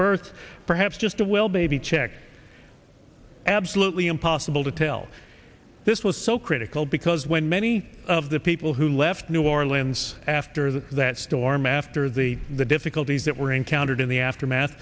birth perhaps just a well baby check absolutely impossible to tell this was so critical because when many of the people who left new orleans after that that storm after the the difficulties that were encountered in the aftermath